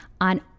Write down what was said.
on